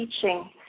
teaching